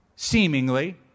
seemingly